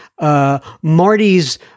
Marty's